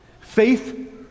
Faith